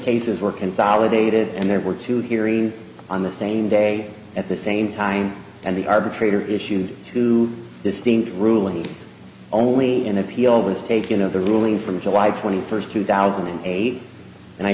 cases were consolidated and there were two hearings on the same day at the same time and the arbitrator issued two distinct rulings only an appeal was taken of the ruling from july twenty first two thousand and eight and i